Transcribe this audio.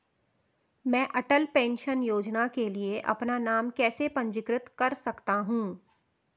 मैं अटल पेंशन योजना के लिए अपना नाम कैसे पंजीकृत कर सकता हूं?